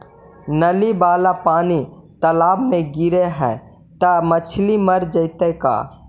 नली वाला पानी तालाव मे गिरे है त मछली मर जितै का?